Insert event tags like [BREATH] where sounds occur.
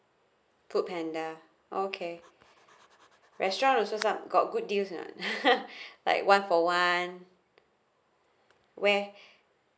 foodpanda okay restaurant also some got good deals or not [LAUGHS] [BREATH] like one for one where [BREATH]